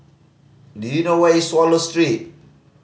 do you know where is Swallow Street